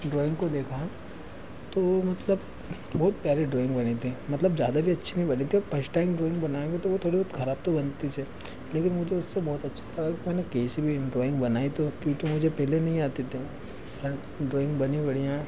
drawing को देखा तो मतलब बहुत प्यारी ड्रोइंग बनी थी तो मतलब ज़्यादा भी अच्छी नहीं बनी थी फस्ट टाइम ड्रोइंग बनाओगे तो वह थोड़ी बहुत ख़राब तो बनतिच है लेकिन मुझे उससे बहुत अच्छा लगा कि मैंने कैसे भी ड्रोइंग बनाई तो क्योंकि मुझे पहले नहीं आती थी पर ड्रोइंग बनी बढ़िया